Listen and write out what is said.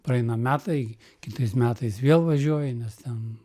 praeina metai kitais metais vėl važiuoji nes ten